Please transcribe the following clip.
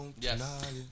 Yes